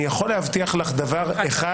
אני יכול להבטיח לך דבר אחד